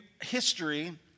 history